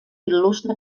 il·lustra